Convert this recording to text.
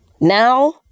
Now